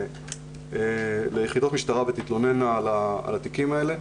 ליחידות המשטרה ותתלוננה על התיקים האלה.